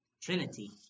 Trinity